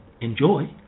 enjoy